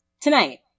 Tonight